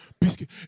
biscuit